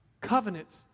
covenants